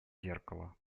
зеркало